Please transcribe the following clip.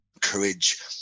courage